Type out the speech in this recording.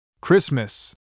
Christmas